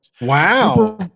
Wow